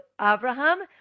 Abraham